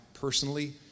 personally